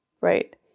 Right